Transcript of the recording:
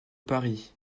paris